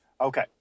Okay